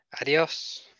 adios